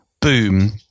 boom